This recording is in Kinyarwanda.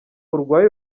urwaye